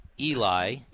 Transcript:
Eli